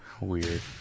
Weird